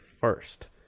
first